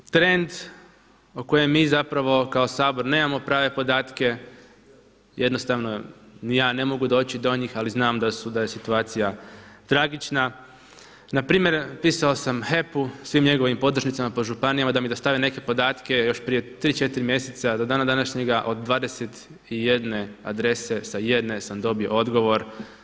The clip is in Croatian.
Naime, trend o kojem mi zapravo kao Sabor nemamo prave podatke jednostavno ni ja ne mogu doći do njih, ali znam da je situacija tragična npr. pisao sam HEP-u svim njegovim podružnicama po županijama da mi dostave neke podatke još prije 3, 4 mjeseca do dana današnjega od 21 adrese sa jedne sam dobio odgovor.